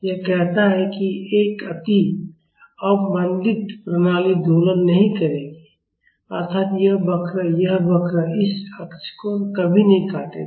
यह कहता है कि एक अति अवमंदित प्रणाली दोलन नहीं करेगी अर्थात यह वक्र यह वक्र इस x अक्ष को कभी नहीं काटेगा